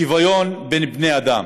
שוויון בין בני אדם